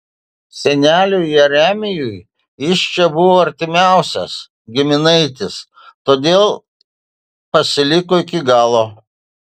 seneliui jeremijui jis čia buvo artimiausias giminaitis todėl pasiliko iki galo